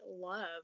love